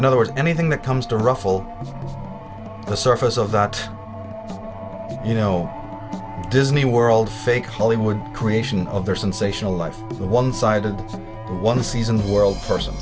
in other words anything that comes to ruffle the surface of that you know disney world fake hollywood creation of their sensational life the one sided one sees in the world person